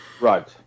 Right